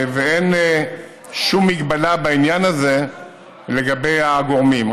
ואין שום מגבלה בעניין הזה לגבי הגורמים.